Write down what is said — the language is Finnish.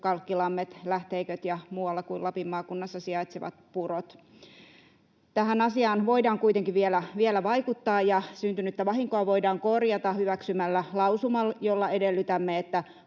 kalkkilammet, lähteiköt ja muualla kuin Lapin maakunnassa sijaitsevat purot. Tähän asiaan voidaan kuitenkin vielä vaikuttaa ja syntynyttä vahinkoa voidaan korjata hyväksymällä lausuma, jolla edellytämme, että